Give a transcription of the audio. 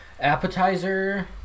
Appetizer